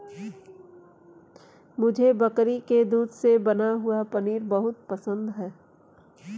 मुझे बकरी के दूध से बना हुआ पनीर बहुत पसंद है